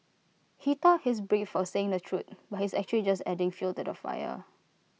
he thought he's brave for saying the truth but he's actually just adding fuel to the fire